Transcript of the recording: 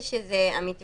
9 זה לעניין